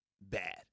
bad